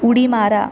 उडी मारा